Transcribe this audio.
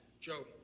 Joe